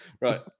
Right